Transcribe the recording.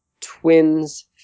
Twins